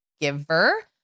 giver